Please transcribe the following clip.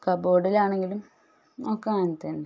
കബോർഡിലാണെങ്കിലും ഒക്കെ അങ്ങനെ തന്നെ